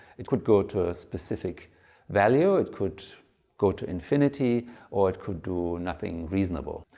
it could go to a specific value, it could go to infinity or it could do nothing reasonable.